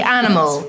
animal